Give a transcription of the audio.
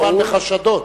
מדובר כאן בחשדות.